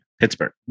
Pittsburgh